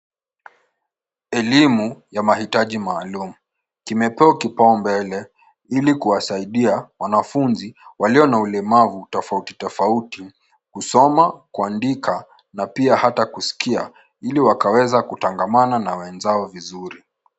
Elimu ya mahitaji maalum kimepewa kipao mbele ili kuwasaidia wanafunzi walio na ulemavu tofauti tofauti kusoma, kuandika na pia hata kusikia ili wakaweze kutangamana na wenzao vizuri.